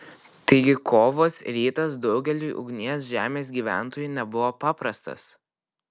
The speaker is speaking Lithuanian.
taigi kovos rytas daugeliui ugnies žemės gyventojų nebuvo paprastas